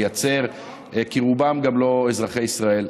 כי רובם גם לא אזרחי ישראל.